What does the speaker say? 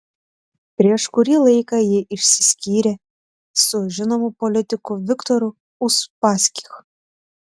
prieš kurį laiką ji išsiskyrė su žinomu politiku viktoru uspaskich